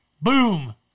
Boom